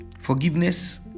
forgiveness